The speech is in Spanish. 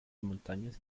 montañas